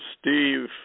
Steve